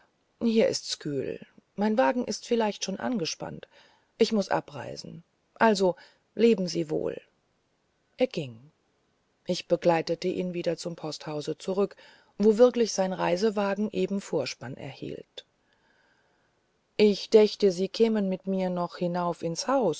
hier ist's kühl mein wagen ist vielleicht schon angespannt ich muß abreisen also leben sie wohl er ging ich begleitete